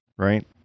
right